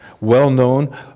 well-known